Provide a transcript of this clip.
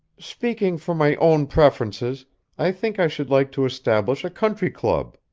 speaking for my own preferences i think i should like to establish a country club.